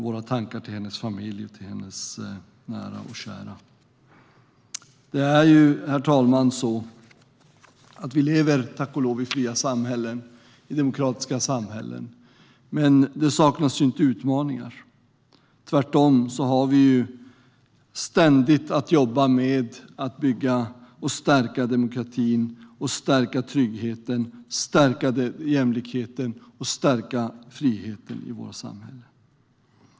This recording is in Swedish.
Våra tankar går till hennes familj och hennes nära och kära. Herr talman! Vi lever tack och lov i fria och demokratiska samhällen, men det saknas inte utmaningar. Tvärtom har vi ständigt att jobba med att stärka demokratin, tryggheten, jämlikheten och friheten i våra samhällen.